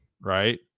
right